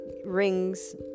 rings